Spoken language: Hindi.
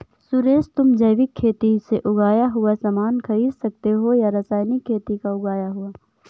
सुरेश, तुम जैविक खेती से उगाया हुआ सामान खरीदते हो या रासायनिक खेती का उगाया हुआ?